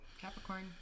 Capricorn